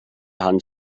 hand